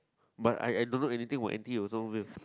but I I don't know anything about n_t_u also